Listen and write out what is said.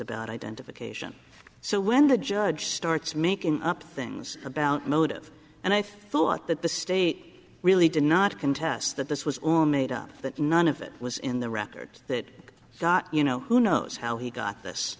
about identification so when the judge starts making up things about motive and i thought that the state really did not contest that this was made up that none of it was in the record that got you know who knows how he got this